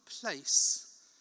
place